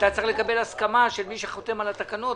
אתה צריך לקבל הסכמה של מי שחותם על התקנות,